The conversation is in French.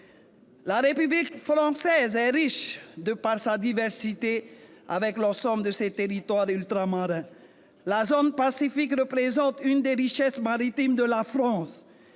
La République française est riche de la diversité que recèle l'ensemble de ses territoires ultramarins. La zone Pacifique représente une des richesses maritimes de la France.